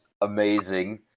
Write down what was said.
amazing